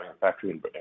factory